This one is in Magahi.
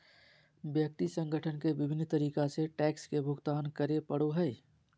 व्यक्ति संगठन के विभिन्न तरीका से टैक्स के भुगतान करे पड़ो हइ